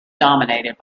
dominated